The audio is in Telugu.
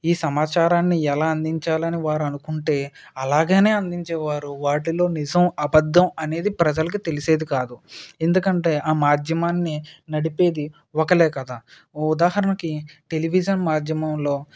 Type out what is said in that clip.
ఈ సమాచారాన్ని ఎలా అందించాలని వారు అనుకుంటే అలాగే అందించేవారు వాటిలో నిజం అబద్ధం అనేది ప్రజలకి తెలిసేది కాదు ఎందుకంటే ఆ మాధ్యమాన్ని నడిపేది ఒకరు కదా ఉదాహరణకి టెలివిజన్ మాధ్యమంలో